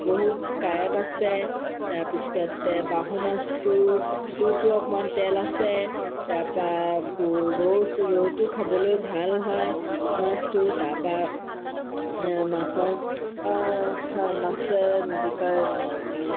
বহুত কাঁইট আছে তাৰপিছতে বাহু মাছতোটো অকণমান তেল আছে তাৰপৰা ৰৌ ৰৌ ৰৌটো খাবলৈ ভাল হয় মাছটো তাৰপৰা মাছৰ মাছে কি কয়